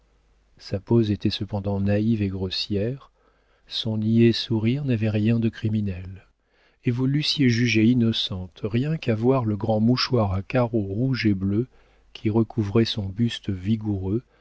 sa pose était cependant naïve et grossière son niais sourire n'avait rien de criminel et vous l'eussiez jugée innocente rien qu'à voir le grand mouchoir à carreaux rouges et bleus qui recouvrait son buste vigoureux